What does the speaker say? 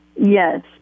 Yes